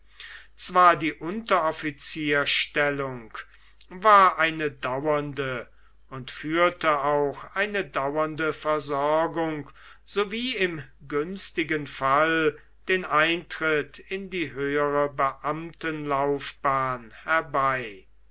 zwar die unteroffizierstellung war eine dauernde und führte auch eine dauernde versorgung sowie im günstigen fall den eintritt in die höhere beamtenlaufbahn herbei